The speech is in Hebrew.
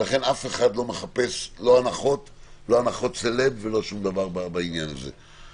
ולכן אף אחד לא מחפש לא הנחות סלב ולא שום דבר בעניין הזה.